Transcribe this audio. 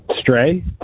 Stray